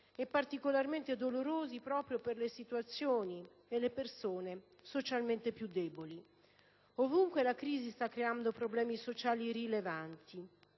e particolarmente dolorosi proprio per le situazioni e le persone socialmente più deboli. Ovunque la crisi sta creando problemi sociali rilevanti,